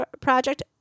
project